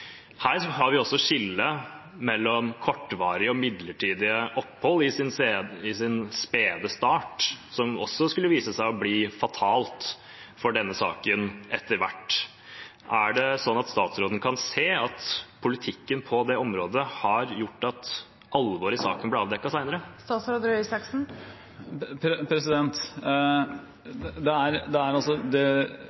Her har vi også skillet mellom kortvarige og midlertidige opphold i sin spede start, noe som også skulle vise seg å bli fatalt for denne saken etter hvert. Er det sånn at statsråden kan se at politikken på det området har gjort at alvoret i saken ble